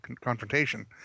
confrontation